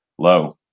low